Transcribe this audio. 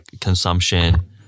consumption